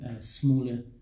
smaller